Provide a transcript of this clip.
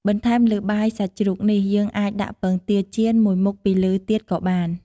បន្ថែមលើបាយសាច់ជ្រូកនេះ យើងអាចដាក់ពងទាចៀនមួយមុខពីលើទៀតក៏បាន។